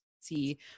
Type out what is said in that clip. see